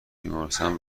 بیمارستان